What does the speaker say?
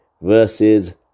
versus